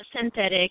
synthetic